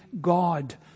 God